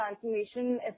transformation